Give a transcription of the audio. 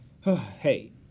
hey